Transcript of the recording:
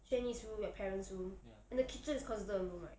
shanice's room and your parent's room and the kitchen is also considered a room right